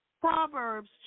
Proverbs